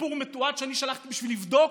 סיפור מתועד שאני שלחתי בשביל לבדוק,